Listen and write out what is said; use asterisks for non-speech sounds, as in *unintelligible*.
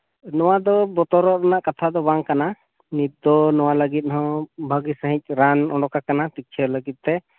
ᱱᱚᱣᱟ ᱫᱚ ᱵᱚᱛᱚᱨᱚᱜ ᱨᱮᱱᱟᱜ ᱠᱟᱛᱷᱟ ᱫᱚ ᱵᱟᱝ ᱠᱟᱱᱟ ᱱᱤᱛ ᱫᱚ ᱱᱚᱣᱟ ᱞᱟᱹᱜᱤᱫ ᱦᱚᱸ ᱵᱷᱟᱹᱜᱤ ᱥᱟᱹᱦᱤᱡ ᱨᱟᱱ ᱩᱰᱩᱠ ᱠᱟᱱᱟ *unintelligible* ᱞᱟᱹᱜᱤᱫ ᱛᱮ